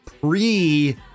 pre